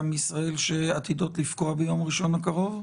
מישראל שעתידות לפקוע ביום ראשון הקרוב?